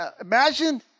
Imagine